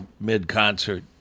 mid-concert